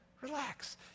Relax